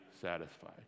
satisfied